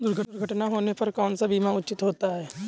दुर्घटना होने पर कौन सा बीमा उचित होता है?